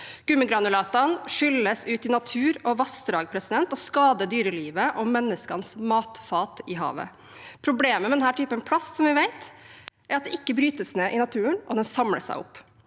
Gummigranulatet skylles ut i natur og vassdrag og skader dyrelivet og menneskenes matfat i havet. Problemet med denne typen plast er, som vi vet, at det ikke brytes ned i naturen, og at det samler seg opp.